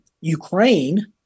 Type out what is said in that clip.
Ukraine